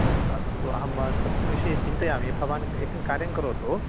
अस्तु अहं तस्मिन् विषये चिन्तयामि भवान् एकं कार्यं करोतु